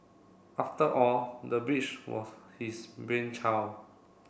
after all the bridge was his brainchild